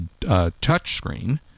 touchscreen